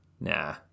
Nah